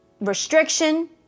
restriction